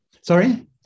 Sorry